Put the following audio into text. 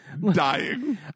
Dying